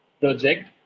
project